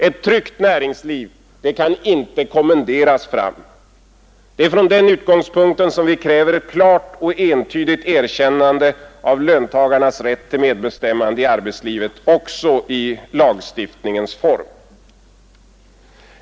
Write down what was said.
Ett tryggt näringsliv kan inte kommenderas fram, Det är från den utgångspunkten som vi kräver ett klart och entydigt erkännande av löntagarnas rätt till medbestämmande i arbetslivet också i lagstiftningens form.